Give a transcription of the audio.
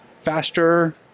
faster